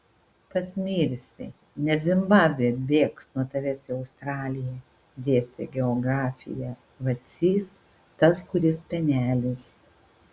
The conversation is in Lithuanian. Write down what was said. pasmirsi net zimbabvė bėgs nuo tavęs į australiją dėstė geografiją vacys tas kuris penelis